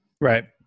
Right